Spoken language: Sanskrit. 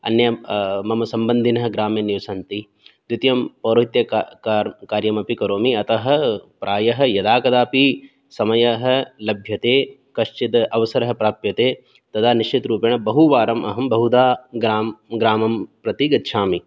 अन्यं मम सम्बन्धिनः ग्रामे निवसन्ति द्वितीयं पौरोहित्य कार्यमपि करोमि अतः प्रायः यदा कदापि समयः लभ्यते कश्चिद् अवसरः प्राप्यते तदा निश्चितरूपेण बहुवारम् अहं बहुधा ग्राम ग्रामं प्रति गच्छामि